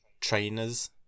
trainers